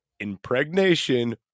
impregnation